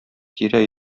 тирә